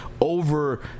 Over